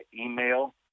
email